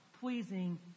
pleasing